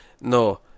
no